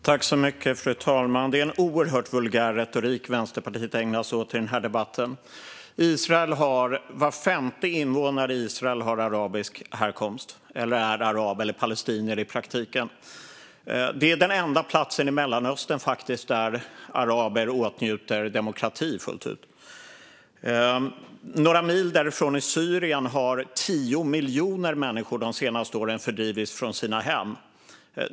Fru talman! Det är en oerhört vulgär retorik Vänsterpartiet ägnar sig åt i den här debatten. Var femte invånare i Israel har arabisk härkomst - är arab, eller i praktiken palestinier. Det är faktiskt den enda platsen i Mellanöstern där araber åtnjuter demokrati fullt ut. Några mil därifrån, i Syrien, har 10 miljoner människor fördrivits från sina hem de senaste åren.